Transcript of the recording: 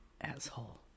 Asshole